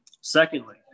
Secondly